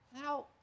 Now